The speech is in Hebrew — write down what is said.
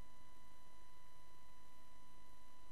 יכול